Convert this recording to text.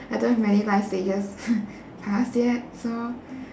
I don't have many life stages just yet so